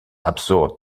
absurd